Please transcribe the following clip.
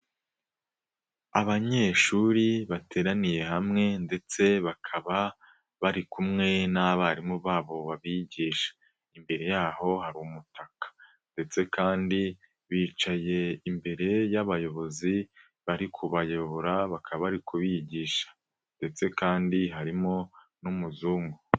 Abanyeshuri bateraniye hamwe ndetse bakaba bari kumwe n'abarimu babo babigisha, imbere yaho hari umutaka ndetse kandi bicaye imbere y'abayobozi, bari kubayobora bakaba bari kubigisha ndetse kandi harimo n'umuzungu.